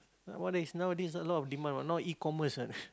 what is nowadays a lot of demand what now E-commerce what